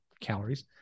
calories